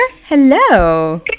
Hello